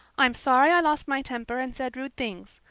i'm sorry i lost my temper and said rude things,